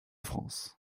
france